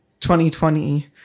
2020